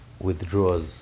withdraws